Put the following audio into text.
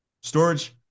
storage